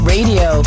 Radio